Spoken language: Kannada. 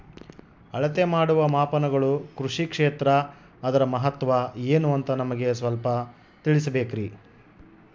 ಅಳತೆ ಮಾಡುವ ಮಾಪನಗಳು ಕೃಷಿ ಕ್ಷೇತ್ರ ಅದರ ಮಹತ್ವ ಏನು ಅಂತ ನಮಗೆ ಸ್ವಲ್ಪ ತಿಳಿಸಬೇಕ್ರಿ?